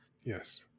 Yes